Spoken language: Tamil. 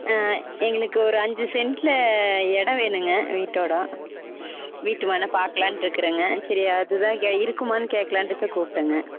எங்களுக்கு ஒரு அஞ்சு சென்ட்டில் இடம் வேணும்ங்க வீட்டோடு வீட்டுமனை பார்க்கலான்ட்டு இருக்கறேங்க சரி அது தான் கே இருக்குமான்னு கேட்கலான்ட்டு தான் கூப்பிட்டேங்க